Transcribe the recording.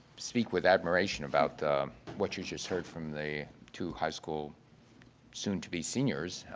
speak with admiration about what you just heard from the two high school soon-to-be-seniors.